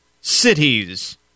cities